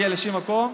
לא נגיע לשום מקום.